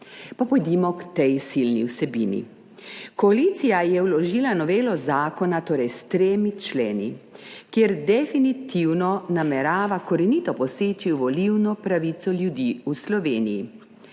pojdimo k tej silni vsebini. Koalicija je vložila novelo zakona s tremi členi, kjer definitivno namerava korenito poseči v volilno pravico ljudi v Sloveniji.